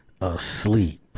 asleep